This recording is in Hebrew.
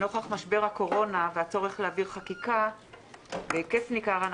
ונוכח משבר הקורונה והצורך להעביר חקיקה בהיקף ניכר,